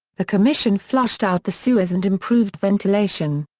the commission flushed out the sewers and improved ventilation.